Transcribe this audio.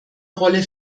rolle